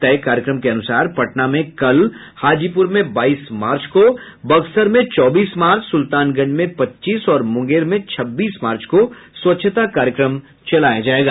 तय कार्यक्रम के अनुसार पटना में कल हाजीपुर में बाईस मार्च बक्सर में चौबीस मार्च सुल्तानगंज में पच्चीस और मुंगेर में छब्बीस मार्च को स्वच्छता कार्यक्रम चलाया जायेगा